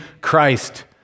Christ